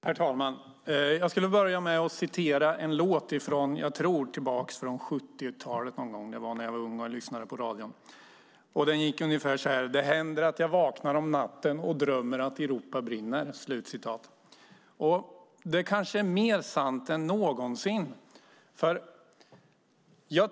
Herr talman! Jag skulle vilja börja med att återge några ord från en låt jag hörde på 70-talet när jag var ung och lyssnade på radion: Det händer att jag vaknar om natten och drömmer att Europa brinner. Det är kanske mer sant än någonsin.